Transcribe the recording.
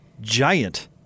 giant